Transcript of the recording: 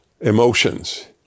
emotions